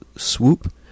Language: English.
swoop